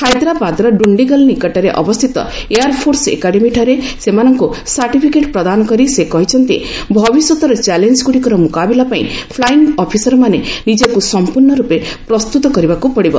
ହାଇଦ୍ରାବାଦର ଡୁଣ୍ଡିଗଲ୍ ନିକଟରେ ଅବସ୍ଥିତ ଏୟାର୍ ଫୋର୍ସ ଏକାଡେମୀଠାରେ ସେମାନଙ୍କୁ ସାର୍ଟିଫିକେଟ୍ ପ୍ରଦାନ କରି ସେ କହିଛନ୍ତି ଭବିଷ୍ୟତର ଚ୍ୟାଲେଞ୍ଗୁଡ଼ିକର ମୁକାବିଲା ପାଇଁ ଫ୍ଲାଇଙ୍ଗ୍ ଅଫିସରମାନେ ନିଜକୁ ସମ୍ପୂର୍ଣ୍ଣ ରୂପେ ପ୍ରସ୍ତୁତ କରିବାକୁ ପଡ଼ିବ